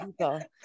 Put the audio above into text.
people